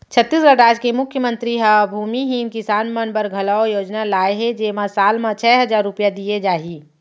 छत्तीसगढ़ राज के मुख्यमंतरी ह भूमिहीन किसान मन बर घलौ योजना लाए हे जेमा साल म छै हजार रूपिया दिये जाही